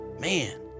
Man